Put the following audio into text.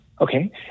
Okay